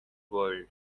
world